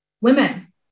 women